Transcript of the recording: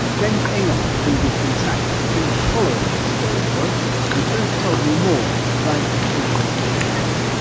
james ingham, of bbc south, has been following this story for us and he first told me more about the patient's case.